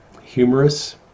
Humerus